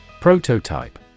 Prototype